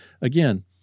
Again